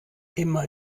immer